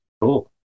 Cool